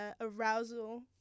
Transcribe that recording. arousal